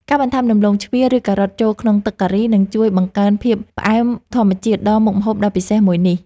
ការបន្ថែមដំឡូងជ្វាឬការ៉ុតចូលក្នុងទឹកការីនឹងជួយបង្កើនភាពផ្អែមធម្មជាតិដល់មុខម្ហូបដ៏ពិសេសមួយនេះ។